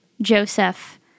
Joseph